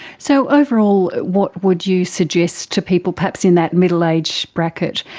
so overall what would you suggest to people, perhaps in that middle age bracket,